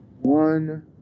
one